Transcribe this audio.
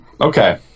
okay